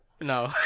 No